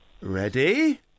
Ready